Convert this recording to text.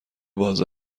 باز